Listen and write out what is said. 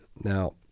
Now